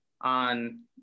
on